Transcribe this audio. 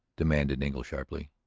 demanded engle sharply.